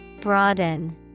Broaden